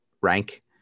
rank